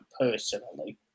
Personally